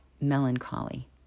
melancholy